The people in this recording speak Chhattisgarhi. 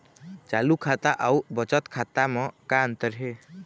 चालू खाता अउ बचत खाता म का अंतर हे?